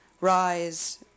Rise